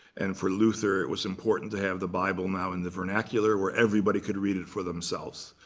and for luther, it was important to have the bible now in the vernacular, where everybody could read it for themselves.